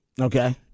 Okay